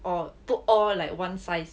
or put all like one size